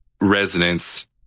resonance